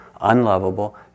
unlovable